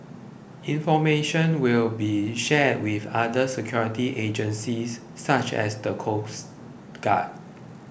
information will be shared with other security agencies such as the coast guard